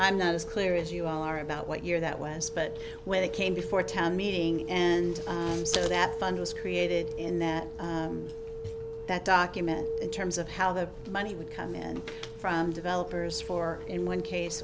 i'm not as clear as you are about what year that was but when it came before a town meeting and so that fund was created in that that document in terms of how the money would come in from developers for in one case